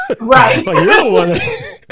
Right